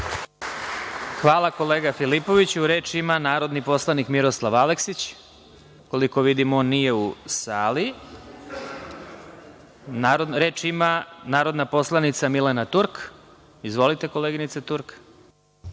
Hvala, kolega Filipoviću. Reč ima narodni poslanik Miroslav Aleksić. Koliko vidim, on nije u sali. Reč ima narodna poslanica Milena Turk. Izvolite, koleginice Turk.